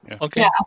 Okay